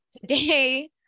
today